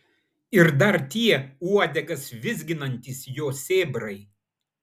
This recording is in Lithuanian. ir dar tie uodegas vizginantys jo sėbrai